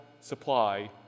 supply